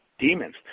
demons